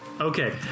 Okay